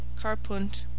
Carpunt